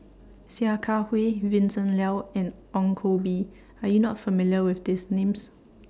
Sia Kah Hui Vincent Leow and Ong Koh Bee Are YOU not familiar with These Names